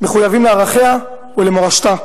מחויבים לערכיה ולמורשתה.